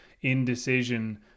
indecision